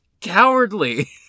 Cowardly